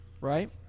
right